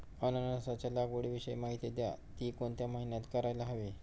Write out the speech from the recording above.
अननसाच्या लागवडीविषयी माहिती द्या, ति कोणत्या महिन्यात करायला हवी?